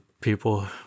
people